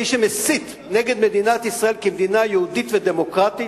מי שמסית נגד מדינת ישראל כמדינה יהודית ודמוקרטית,